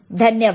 धन्यवाद